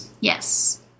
Yes